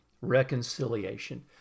Reconciliation